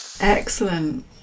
Excellent